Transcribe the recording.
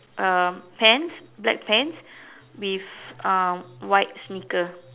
um pants black pants with um white sneaker